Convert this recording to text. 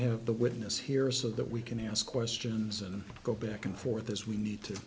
have the witness hears of that we can ask questions and go back and forth as we need to